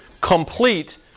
complete